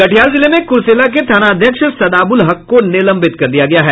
कटिहार जिले में कुरसेला के थानाध्यक्ष सदाबुल हक को निलंबित कर दिया गया है